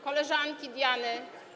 Koleżanki Diany!